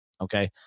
okay